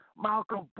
Malcolm